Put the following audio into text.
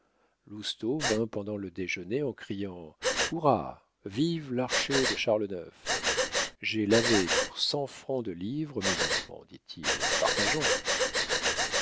vint pendant le déjeuner en criant hourrah vive l'archer de charles ix j'ai lavé pour cent francs de livres mes enfants dit-il partageons